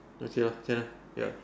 okay lah can lah ya